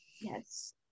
yes